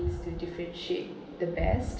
to differentiate the best